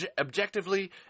objectively